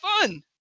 fun